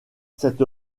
cette